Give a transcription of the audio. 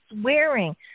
swearing